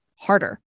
harder